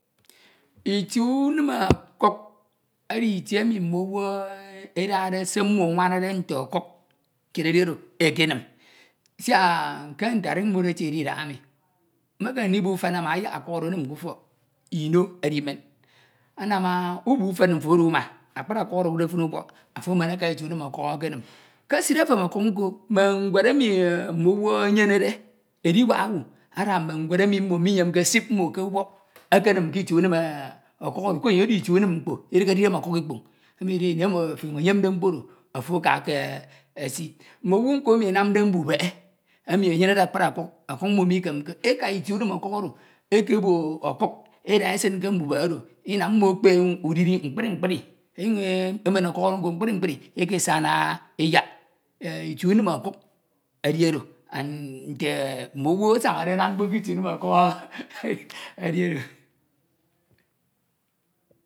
Itie unim ọkuk edi Itie emi mm’owu adade se mmo anwañade nte okuk, kied edi odo ekenin, siak e ke nte arimbud etiede Idaha emi mekeme ndibo ufen ama ama ayak ọkuk odo unim k’fõk eno edimen anam ah ubo ufen mfo odo umun akpri ọkuk odo ọdukde fin ubọk afo enen aka itie umin ọkuk ekenim. Ke eside efep ọkuk nko me ñwedemi mm’owu enyened, ediwak owu ada mme ñwed emi mmo minyemke esip mmo k’ubọk ekenim kitie unim ọkuk oro koro enye edi Itie unim mkpo Idihe di Idem ọkuk Ikpoñ emi edide Ini emi ofo ọnyuñ enyemde mkpo odo afo aka eke esi, mm’owu nko emi enamde mbubehe emi enuyenede akpri ọkuk, ọkuk mmo mikemke eka Itie unin ọkuk oro ekebo ọkuk eda esin ke mbubehe odo Inam mmo ekpe udiri mkpri mkpri enyuñ emen okuk odo nko mkpri mkpri eke sana eyak, Itie unim ọkuk edi odo and nte mm’owu asañade anam mkpo k’itie unim ọkuk edi odo edi odo.